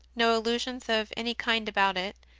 no illusions of any kind about it.